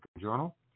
Journal